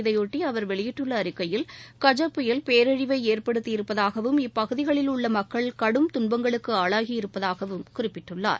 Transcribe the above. இதையொட்டிஅவர் வெளியிட்டுள்ளஅறிக்கையில் கஜ புயல் பேரழிவைஏற்படுத்தி இருப்பதாகவும் இப்பகுதிகளில் உள்ளமக்கள் கடும் துன்பங்களுக்குஆளாகியிருப்பதாகவும் குறிப்பிட்டுள்ளார்